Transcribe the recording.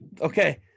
Okay